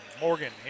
Morgan